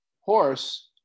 horse